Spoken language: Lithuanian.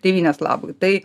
tėvynės labui tai